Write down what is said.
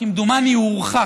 כמדומני שהוא הורחק,